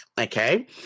okay